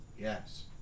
Yes